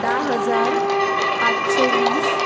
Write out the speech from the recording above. धा हजार पाचशें वीस